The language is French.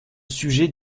sujet